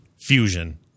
Fusion